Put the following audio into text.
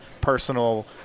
personal